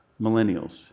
millennials